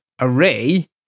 array